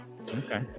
Okay